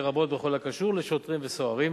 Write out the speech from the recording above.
לרבות בכל הקשור לשוטרים וסוהרים,